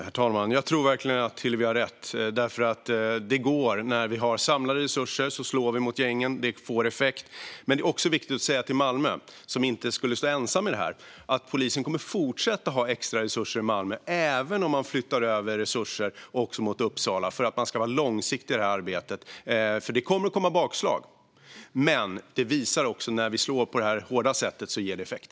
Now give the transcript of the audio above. Herr talman! Jag tror verkligen att Hillevi har rätt. Det går. När vi har samlade resurser slår det mot gängen. Det får effekt. Det är dock viktigt att säga till Malmö, som inte skulle stå ensam i det här, att polisen kommer att fortsätta att ha extra resurser i Malmö även om man flyttar över resurser också mot Uppsala. Det här arbetet ska vara långsiktigt. Det kommer nämligen att komma bakslag. Men det har visat sig att när vi slår på det här hårda sättet ger det effekt.